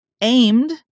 aimed